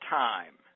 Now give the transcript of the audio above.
time